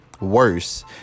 worse